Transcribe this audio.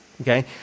Okay